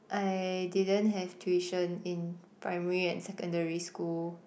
I didn't have tuition in primary and secondary school